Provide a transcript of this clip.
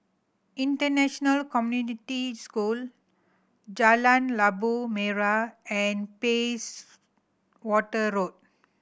International Community School Jalan Labu Merah and Bayswater Road